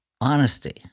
honesty